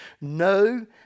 No